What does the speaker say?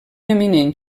eminent